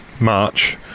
March